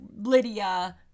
Lydia